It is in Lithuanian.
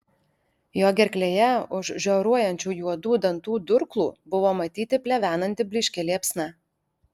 jo gerklėje už žioruojančių juodų dantų durklų buvo matyti plevenanti blyški liepsna